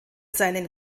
seinen